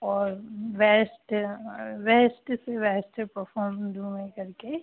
और waste waste से waste perform दूँ मैं करके